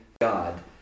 God